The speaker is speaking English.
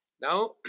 Now